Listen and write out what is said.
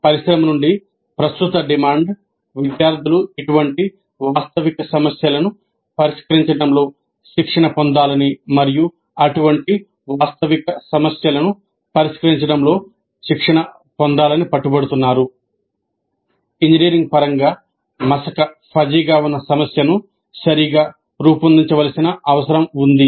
పరిశ్రమ నుండి ప్రస్తుత డిమాండ్ విద్యార్థులు ఇటువంటి వాస్తవిక సమస్యలను పరిష్కరించడంలో శిక్షణ పొందాలని మరియు అటువంటి వాస్తవిక సమస్యలను పరిష్కరించడంలో శిక్షణ పొందాలని పట్టుబడుతున్నారు ఇంజనీరింగ్ పరంగా మసకగా ఉన్న సమస్యను సరిగా రూపొందించవలసిన అవసరం ఉంది